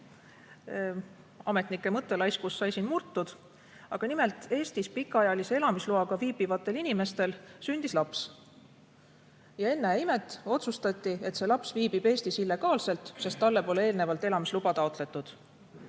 Ametnike mõttelaiskus sai siin murtud. Nimelt, Eestis pikaajalise elamisloaga viibivatel inimestel sündis laps. Ja ennäe imet, otsustati, et see laps viibib Eestis ebaseaduslikult, sest talle pole eelnevalt elamisluba taotletud.